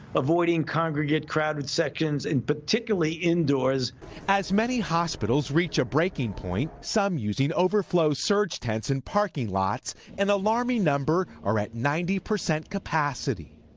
avoiding congregate crowded sections and particularly indoors reporter as many hospitals reach a breaking point, some using overflow surge tents in parking lots an alarming number are at ninety percent capacity.